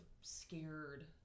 scared